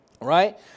Right